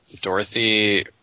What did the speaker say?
Dorothy